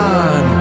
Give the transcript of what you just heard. on